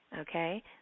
Okay